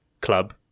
club